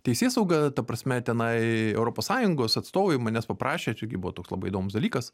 teisėsauga ta prasme tenai europos sąjungos atstovai manęs paprašė čia irgi buvo toks labai įdomus dalykas